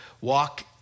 Walk